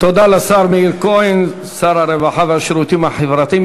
תודה לשר מאיר כהן, שר הרווחה והשירותים החברתיים.